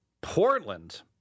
Portland